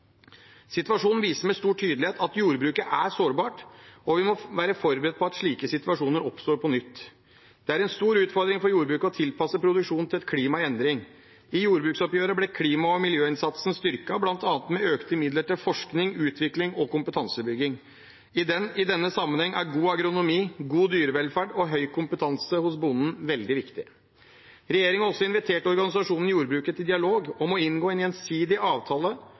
Situasjonen viser – med stor tydelighet – at jordbruket er sårbart, og vi må være forberedt på at slike situasjoner oppstår på nytt. Det er en stor utfordring for jordbruket å tilpasse produksjonen til et klima i endring. I jordbruksoppgjøret ble klima- og miljøinnsatsen styrket, bl.a. med økte midler til forskning, utvikling og kompetansebygging. I denne sammenheng er god agronomi, god dyrevelferd og høy kompetanse hos bonden veldig viktig. Regjeringen har også invitert organisasjonene i jordbruket til dialog om å inngå en gjensidig avtale